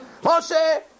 Moshe